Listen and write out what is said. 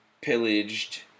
pillaged